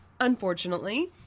Unfortunately